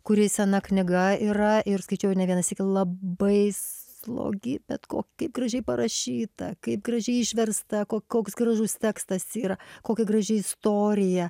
kuri sena knyga yra ir skaičiau ne vieną sykį labai slogi bet ko kaip gražiai parašyta kaip gražiai išversta ko koks gražus tekstas yra kokia graži istorija